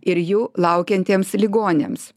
ir jų laukiantiems ligoniams